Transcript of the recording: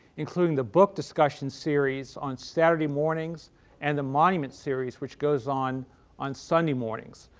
including the book discussion series on saturday mornings and the monuments series which goes on on sunday mornings.